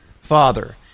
Father